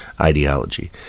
ideology